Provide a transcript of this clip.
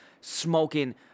smoking